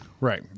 Right